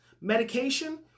medication